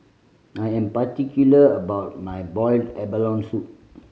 I am particular about my boiled abalone soup